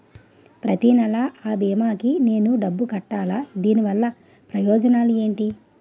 ప్రతినెల అ భీమా కి నేను డబ్బు కట్టాలా? దీనివల్ల ప్రయోజనాలు ఎంటి?